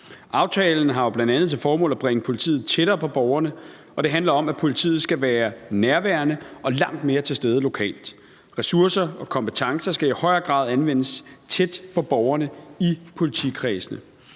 Aftalen har bl.a. til formål at bringe politiet tættere på borgerne, og det handler om, at politiet skal være nærværende og langt mere til stede lokalt. Ressourcer og kompetencer skal i højere grad anvendes tæt på borgerne i politikredsene.